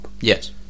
Yes